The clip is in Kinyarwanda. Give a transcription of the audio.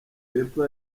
pepper